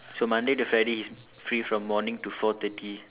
so Monday to Friday he's free from morning to four thirty